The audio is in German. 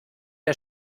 der